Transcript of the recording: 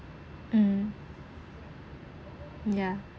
mm yeah